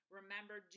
Remember